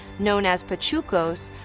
known as pachucos,